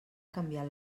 canviat